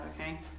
okay